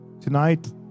Tonight